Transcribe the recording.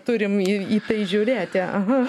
turim į į tai žiūrėti aha